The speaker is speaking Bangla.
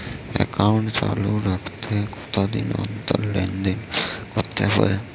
একাউন্ট চালু রাখতে কতদিন অন্তর লেনদেন করতে হবে?